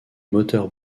motor